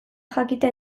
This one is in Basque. jakitea